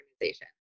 organization